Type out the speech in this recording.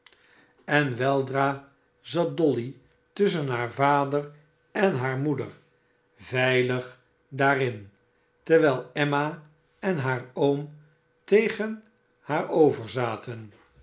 en weldra zat dolly tusschen haar vader en hare moeder veilig daarin terwijl emma en haar m tegen haar over zaten